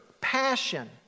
passion